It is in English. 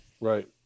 Right